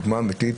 דוגמה אמיתית,